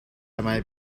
might